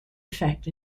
effect